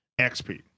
XP